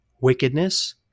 wickedness